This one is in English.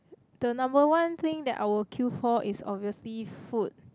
the number one thing that I will queue for is obviously food